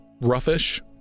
roughish